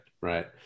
right